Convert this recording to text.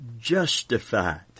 justified